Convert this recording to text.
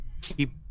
keep